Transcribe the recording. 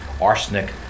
arsenic